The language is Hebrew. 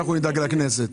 אנחנו נדאג לכנסת.